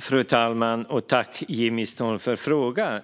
Fru talman! Tack, Jimmy Ståhl, för frågan!